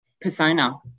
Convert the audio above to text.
persona